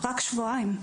רק שבועיים,